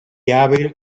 hábil